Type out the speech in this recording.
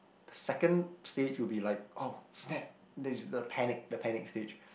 the second stage would be like oh snap then you just start to panic the panic stage